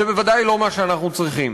זה בוודאי לא מה שאנחנו צריכים.